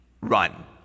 run